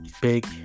big